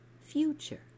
future